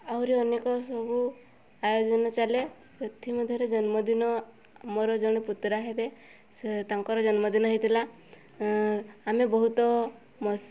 ଆହୁରି ଅନେକ ସବୁ ଆୟୋଜନ ଚାଲେ ସେଥିମଧ୍ୟରେ ଜନ୍ମଦିନ ମୋର ଜଣେ ପୁତୁରା ହେବେ ସେ ତାଙ୍କର ଜନ୍ମଦିନ ହେଇଥିଲା ଆମେ ବହୁତ ମଶ୍